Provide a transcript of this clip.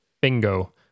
bingo